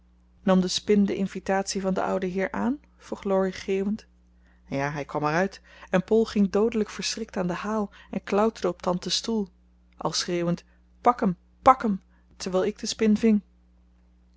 nam de spin de invitatie van den ouden heer aan vroeg laurie geeuwend ja hij kwam er uit en pol ging doodelijk verschrikt aan den haal en klauterde op tante's stoel al schreeuwend pak hem pak hem terwijl ik de spin ving